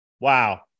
Wow